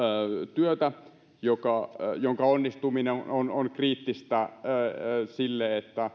työtä jonka onnistuminen on on kriittistä sille